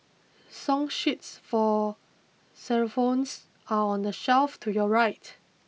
song sheets for xylophones are on the shelf to your right